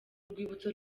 rwibutso